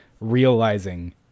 realizing